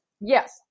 Yes